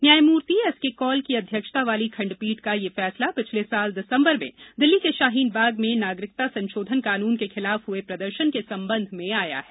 न्यायमूर्ति S K Kaul की अध्यक्षता वाली खण्डपीठ का ये फैसला पिछले साल दिसम्बर में दिल्ली के शाहीन बाग में नागरिकता संशोधन कानून के खिलाफ हुए प्रदर्शन के संबंध में आया है